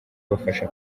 abafasha